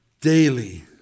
daily